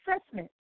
assessment